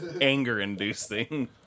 anger-inducing